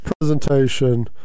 presentation